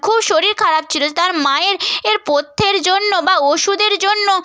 খুব শরীর খারাপ ছিল তার মায়ের এর পথ্যের জন্য বা ওষুধের জন্য